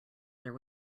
there